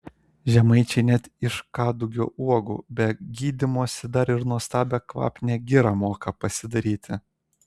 žemaičiai net iš kadugio uogų be gydymosi dar ir nuostabią kvapnią girą moką pasidaryti